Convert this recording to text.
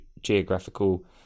geographical